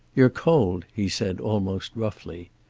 you're cold, he said almost roughly.